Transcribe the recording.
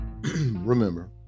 remember